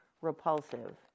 repulsive